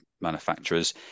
manufacturers